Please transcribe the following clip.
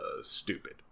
stupid